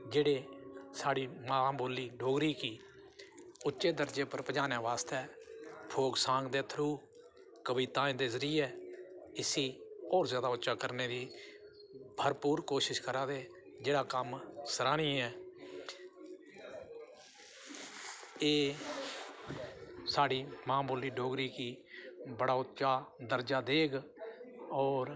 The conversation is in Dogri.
जेह्ड़े साढ़ी मां बोल्ली डोगरी गी उच्चे दर्जे पर पजाने बास्तै फोक सांग दे थ्रू कविताएं दे जरियै इसी होर जादा उच्चा करने दी भरपूर कोशिश करा दे जेह्ड़ा कम्म सरहानिय ऐ एह् साढ़ी मां बोली डोगरी गी बड़ा उच्चा दर्जा देग होर